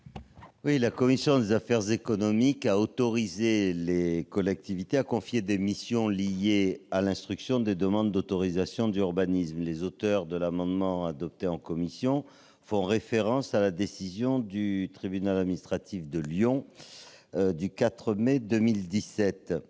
La commission des affaires économiques a autorisé les collectivités à confier des missions liées à l'instruction des demandes d'autorisation d'urbanisme. Les auteurs de l'amendement adopté en commission font référence à la décision du tribunal administratif de Lyon du 4 mai 2017.